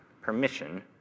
permission